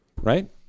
Right